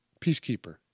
peacekeeper